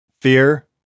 Fear